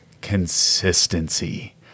consistency